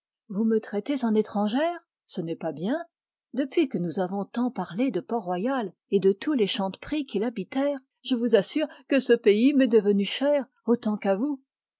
vous me traitez en étrangère ce n'est pas bien depuis que nous avons tant parlé de port-royal et de tous les chanteprie qui l'habitèrent je vous assure que ce pays m'est devenu cher autant qu'à vous